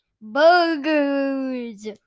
Burgers